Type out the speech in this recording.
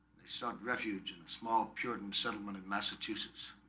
they sought refuge in a small puritan settlement in massachusetts